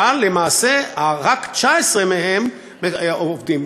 אבל למעשה רק 19% מהם עובדים.